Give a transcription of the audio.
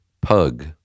Pug